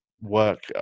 work